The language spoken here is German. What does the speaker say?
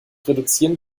reduzieren